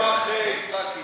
מסמך יצחקי